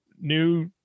new